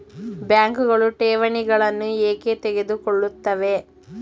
ಬ್ಯಾಂಕುಗಳು ಠೇವಣಿಗಳನ್ನು ಏಕೆ ತೆಗೆದುಕೊಳ್ಳುತ್ತವೆ?